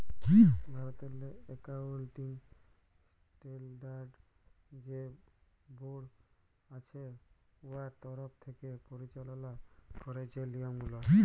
ভারতেরলে accounting standard যে board আছে উয়ার তরফ থ্যাকে পরিচাললা ক্যারে যে লিয়মগুলা